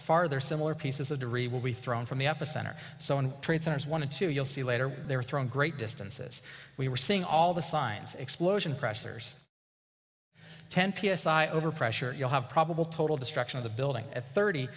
farther similar pieces of debris will be thrown from the epicenter so one trade centers one and two you'll see later they were thrown great distances we were seeing all the signs explosion pressures ten p s i overpressure you have probable total destruction of the building at thirty